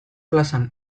plazan